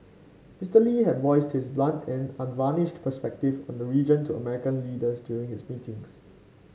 Mister Lee had voiced his blunt and unvarnished perspectives on the region to American leaders during his meetings